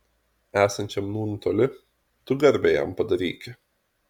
esančiam nūn toli tu garbę jam padaryki